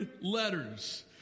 letters